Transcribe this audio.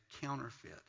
counterfeit